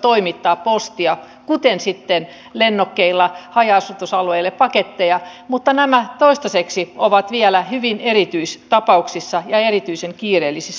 toimittaa postia kuten sitten lennokeilla haja asutusalueille paketteja mutta nämä toistaiseksi ovat vielä hyvin erityistapauksia ja lähtökohdiltaan erityisen kiireellisiä